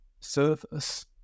service